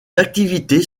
activités